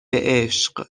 عشق